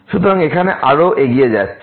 সুতরাং এখানে আরও এগিয়ে যাচ্ছে